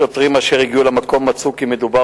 שוטרים אשר הגיעו למקום מצאו כי מדובר